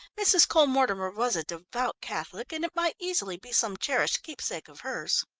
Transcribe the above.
mrs. cole-mortimer was a devout catholic and it might easily be some cherished keep-sake of hers.